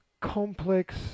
complex